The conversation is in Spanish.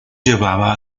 llevaba